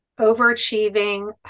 overachieving